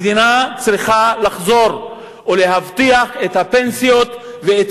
המדינה צריכה לחזור להבטיח את הפנסיות ואת